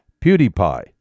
PewDiePie